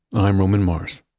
i'm roman mars.